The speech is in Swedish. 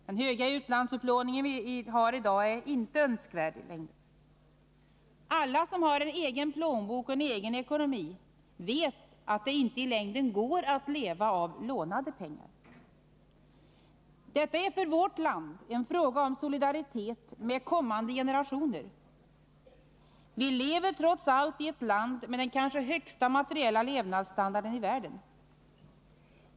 Den höga utlandsupplåning vi i dag har är inte önskvärd. Alla som har en egen plånbok och en egen ekonomi vet att det inte går att i längden leva av lånade pengar. Detta är för vårt land en fråga om solidaritet med kommande generationer. Vi lever trots allt i ett land med den kanske högsta materiella levnadsstandarden i världen.